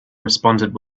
responded